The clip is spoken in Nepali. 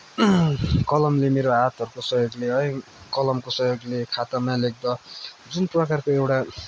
कलमले मेरो हातहरूको सहयोगले है कलमको सहयोगले खातामा लेख्दा जुन प्रकारको एउटा